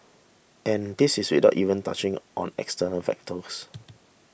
and this is without even touching on external factors